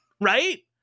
right